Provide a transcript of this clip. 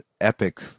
epic